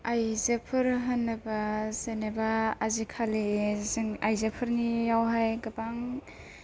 आइजोफोर होनोबा जेनेबा आजिखालि जों आइजोफोरनियाव हाय गोबां